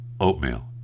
oatmeal